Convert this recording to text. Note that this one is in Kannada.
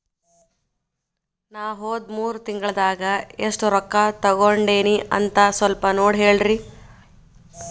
ನಾ ಹೋದ ಮೂರು ತಿಂಗಳದಾಗ ಎಷ್ಟು ರೊಕ್ಕಾ ತಕ್ಕೊಂಡೇನಿ ಅಂತ ಸಲ್ಪ ನೋಡ ಹೇಳ್ರಿ